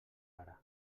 ara